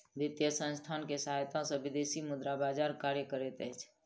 वित्तीय संसथान के सहायता सॅ विदेशी मुद्रा बजार कार्य करैत अछि